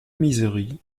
misery